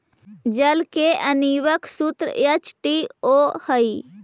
जल के आण्विक सूत्र एच टू ओ हई